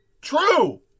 true